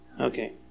Okay